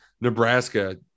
Nebraska